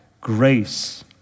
Grace